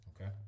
Okay